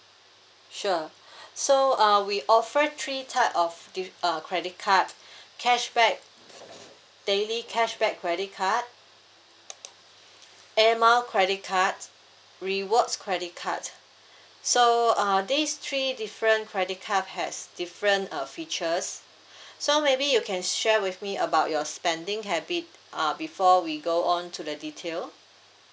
sure so uh we offer three type of di~ uh credit card cashback daily cashback credit card air mile credit cards rewards credit cards so uh these three different credit card has different uh features so maybe you can share with me about your spending habit uh before we go on to the detail